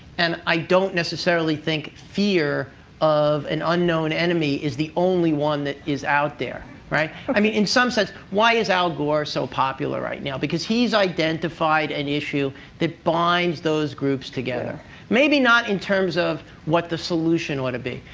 and i don't necessarily think fear of an unknown enemy is the only one that is out there. i mean in some sense, why is al gore so popular right now? because he's identified an issue that binds those groups together maybe not in terms of what the solution ought to be.